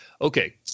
Okay